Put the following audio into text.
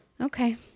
Okay